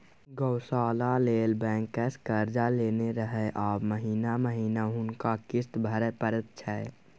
गौशाला लेल बैंकसँ कर्जा लेने रहय आब महिना महिना हुनका किस्त भरय परैत छै